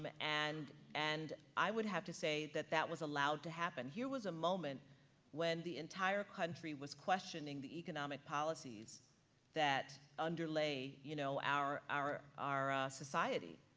um and and i would have to say that that was allowed to happen. here was a moment when the entire country was questioning the economic policies that underlay you know, our our society.